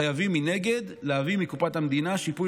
חייבים מנגד להביא מקופת המדינה שיפוי